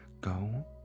go